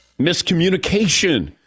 Miscommunication